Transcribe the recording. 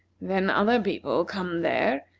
then other people come there,